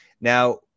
Now